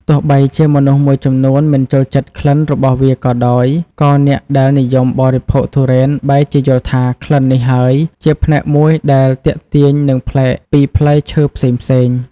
ទោះបីជាមនុស្សមួយចំនួនមិនចូលចិត្តក្លិនរបស់វាក៏ដោយ ក៏អ្នកដែលនិយមបរិភោគទុរេនបែរជាយល់ថាក្លិននេះហើយជាផ្នែកមួយដែលទាក់ទាញនិងប្លែកពីផ្លែឈើផ្សេងៗ។